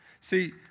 See